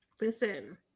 Listen